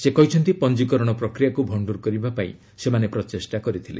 ସେ କହିଛନ୍ତି ପଞ୍ଜିକରଣ ପ୍ରକ୍ରିୟାକୁ ଭଣ୍ଡୁର କରିବା ପାଇଁ ସେମାନେ ପ୍ରଚେଷ୍ଟା କରିଥିଲେ